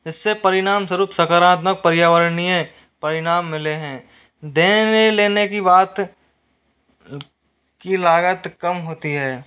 इससे परिणाम स्वरुप सकारात्मक पर्यावरणीय परिणाम मिले हैं देने लेने की बात की लागत कम होती है